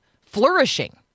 flourishing